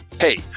Hey